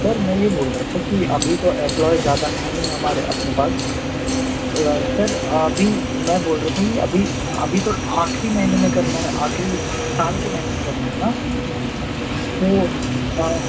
sir मैं ये बोल रहा था कि अभी तो एम्प्लाॅइज़ ज़्यादा है नहीं हमारे अपने पास सर अभी मैं बोल रहा था कि अभी अभी तो आखिरी महीने में करना है आखिरी साल के महीने में करना है ना तो हाँ